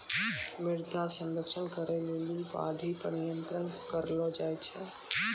मृदा संरक्षण करै लेली बाढ़ि पर नियंत्रण करलो जाय छै